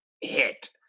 hit